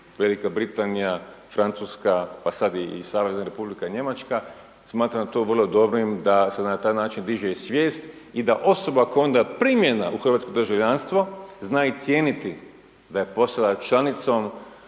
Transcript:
V. Britanija, Francuska, pa sad i Savezna Republika Njemačka, smatram to vrlo dobrim da se na taj način diže i svijest i da osoba koja je onda primljena u hrvatsko državljanstvo zna i cijeniti da je postala članicom